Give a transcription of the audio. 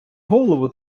голову